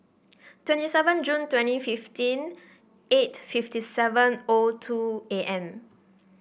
twenty seven June twenty fifteen eight fifty seven O two A M